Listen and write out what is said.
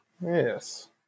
yes